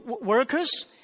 workers